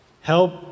help